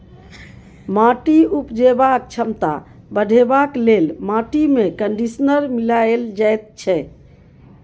माटिक उपजेबाक क्षमता बढ़ेबाक लेल माटिमे कंडीशनर मिलाएल जाइत छै